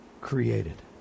created